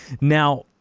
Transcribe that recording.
Now